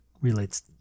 relates